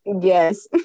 yes